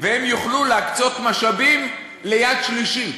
והם יוכלו להקצות משאבים ליד שלישית.